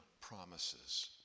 promises